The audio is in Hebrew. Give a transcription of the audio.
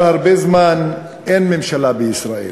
כבר הרבה זמן אין ממשלה בישראל,